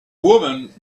woman